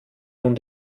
nun